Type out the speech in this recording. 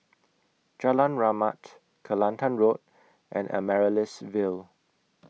Jalan Rahmat Kelantan Road and Amaryllis Ville